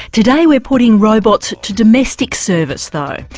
today we're putting robots to domestic service though,